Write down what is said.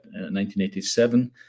1987